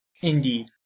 indeed